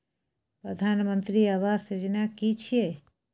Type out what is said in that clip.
प्रधानमंत्री आवास योजना कि छिए?